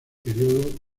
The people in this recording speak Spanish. período